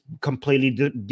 completely